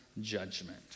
judgment